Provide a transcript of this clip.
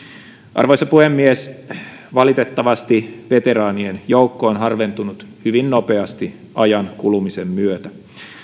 arvoisa puhemies valitettavasti veteraanien joukko on harventunut hyvin nopeasti ajan kulumisen myötä